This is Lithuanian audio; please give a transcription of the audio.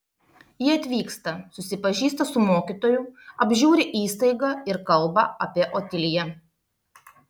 ji atvyksta susipažįsta su mokytoju apžiūri įstaigą ir kalba apie otiliją